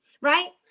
right